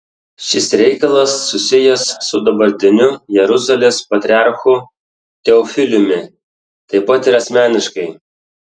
šis reikalas susijęs su dabartiniu jeruzalės patriarchu teofiliumi taip pat ir asmeniškai